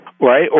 Right